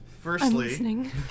Firstly